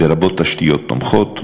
לרבות תשתיות תומכות,